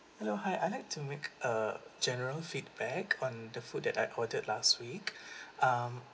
hello hi I'd like to make a general feedback on the food that I ordered last week um